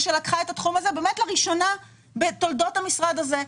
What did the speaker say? שלקחה את התחום הזה לראשונה בתולדות המשרד הזה,